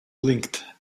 blinked